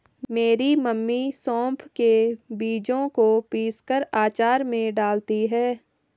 मेरी मम्मी सौंफ के बीजों को पीसकर अचार में डालती हैं